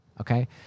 Okay